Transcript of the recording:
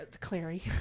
Clary